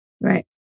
Right